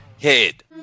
head